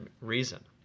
reason